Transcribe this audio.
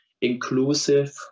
inclusive